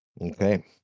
Okay